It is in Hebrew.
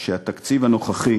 שהתקציב הנוכחי